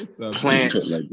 plants